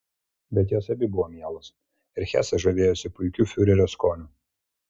bet jos abi buvo mielos ir hesas žavėjosi puikiu fiurerio skoniu